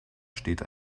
steht